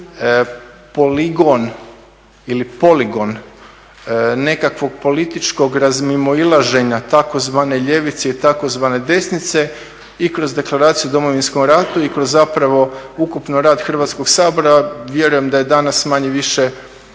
poligon nekakvog političkog razmimoilaženja tzv. ljevice i tzv. desnice i kroz deklaraciju o Domovinskom ratu i kroz zapravo ukupno rad Hrvatskog sabora, vjerujem da je danas manje-više nekakav